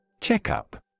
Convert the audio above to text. Checkup